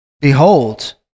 Behold